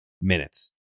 minutes